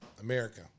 America